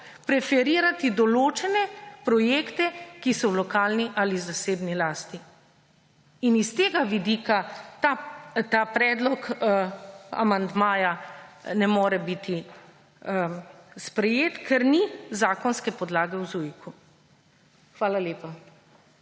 preferirati določene projekte, ki so v lokalni ali zasebni lasti. In iz tega vidika ta predlog amandmaja ne more biti sprejet, ker ni zakonske podlage v ZUIK-u. Hvala lepa.